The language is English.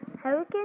Hurricane